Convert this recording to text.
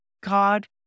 God